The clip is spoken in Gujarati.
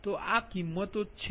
તો આ કિંમતો છે